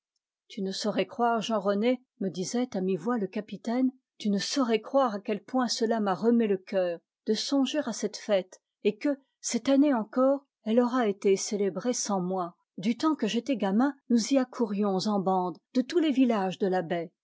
tu ne saurais croire jean rené me disait à mi-voix le capitaine tu ne saurais croire à quel point cela m'a remué le cœur de songer à cette fête et que cette année encore elle aura été célébrée sans moi du temps que j'étais gamin nous y accourions en bandes de tous les villages de la baie